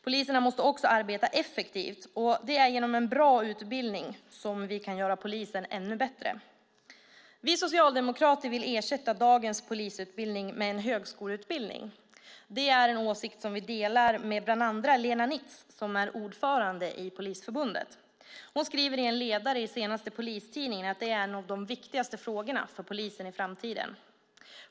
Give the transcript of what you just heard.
Poliserna måste också arbeta effektivt, och det är genom en bra utbildning vi kan göra polisen ännu bättre. Vi socialdemokrater vill ersätta dagens polisutbildning med en högskoleutbildning. Det är en åsikt som vi delar med bland andra Lena Nitz, som är ordförande i Polisförbundet. Hon skriver i en ledare i senaste Polistidningen att det är en av de viktigaste frågorna för polisen i framtiden.